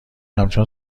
همچون